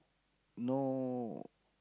no